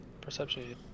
perception